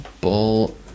Bull